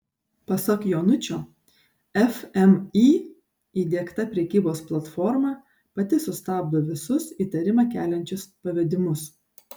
pasak jonučio fmį įdiegta prekybos platforma pati sustabdo visus įtarimą keliančius pavedimus